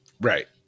Right